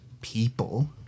people